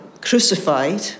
crucified